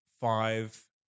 five